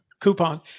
coupon